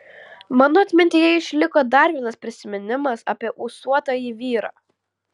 mano atmintyje išliko dar vienas prisiminimas apie ūsuotąjį vyrą